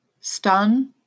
stun